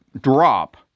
drop